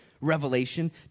Revelation